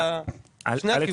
אתה משני הכיוונים.